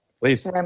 Please